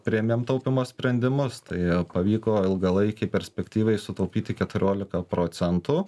priėmėm taupymo sprendimus tai pavyko ilgalaikei perspektyvai sutaupyti keturiolika procentų